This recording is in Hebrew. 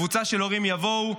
קבוצה של הורים יבואו,